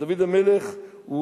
דוד המלך הוא